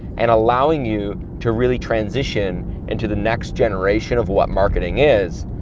and allowing you to really transition into the next generation of what marketing is,